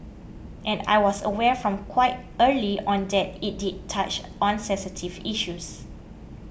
and I was aware from quite early on that it did touch on sensitive issues